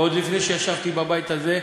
ועוד לפני שישבתי בבית הזה,